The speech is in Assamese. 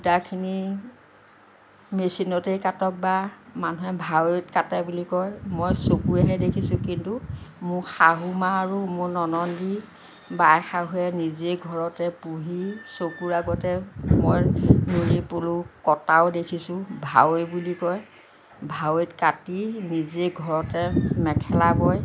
সূতাখিনি মেচিনতেই কাটক বা মানুহে ভাৱৈত কাটে বুলি কয় মই চকুৰেহে দেখিছোঁ কিন্তু মোক শাহুমা আৰু মোৰ ননদী বাই শাহুৱে নিজেই ঘৰতে পুহি চকুৰ আগত মই এড়ী পলু কটাও দেখিছোঁ ভাৱৈ বুলি কয় ভাৱৈত কাটি নিজেই ঘৰতে মেখেলা বয়